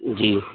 جی